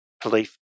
Police